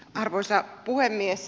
arvoisa puhemies